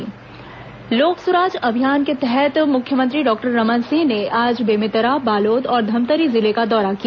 लोक सुराज अभियान लोक सुराज अभियान के तहत मुख्यमंत्री डॉक्टर रमन सिंह ने आज बेमेतरा बालोद और धमतरी जिले का दौरा किया